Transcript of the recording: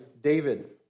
David